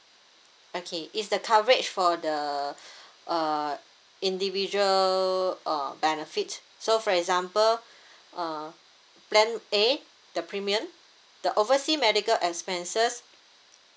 okay it's the coverage for the uh individual uh benefit so for example uh plan a the premium the overseas medical expenses